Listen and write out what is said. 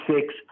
six